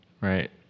right